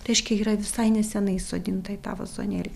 reiškia yra visai nesenai įsodinta į tą vazonėlį